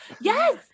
yes